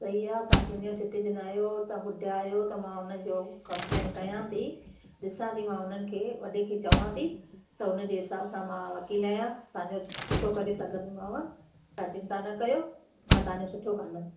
सही आहे तव्हां सीनियर सिटीजन आहियो ॿुधायो त मां उनजो कमप्लेन कयान थी ॾिसां थी मां उन्हनि खे वॾे खे चवां थी त उनजे हिसाब सां मां वकील आहियां तव्हांजो सुठो करे सघंदीमाव तव्हां चिंता न कयो मां तव्हांजो सुठो कंदमि